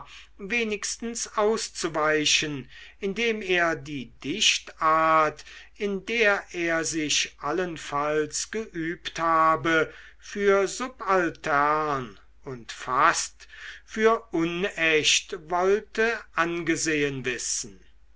wenigstens auszuweichen indem er die dichtart in der er sich allenfalls geübt habe für subaltern und fast für unecht wollte angesehen wissen